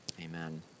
Amen